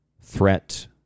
threat